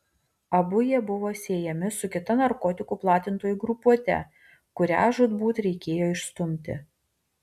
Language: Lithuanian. abu jie buvo siejami su kita narkotikų platintojų grupuote kurią žūtbūt reikėjo išstumti